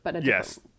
yes